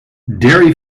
dairy